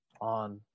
on